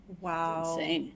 Wow